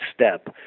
step